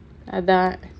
அதான்:athaan